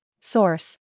Source